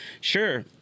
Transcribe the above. Sure